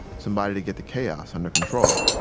somebody to get the chaos under control.